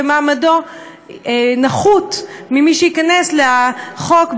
ומעמדו נחות ממה שייכנס לחוק,